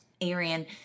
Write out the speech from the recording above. Arian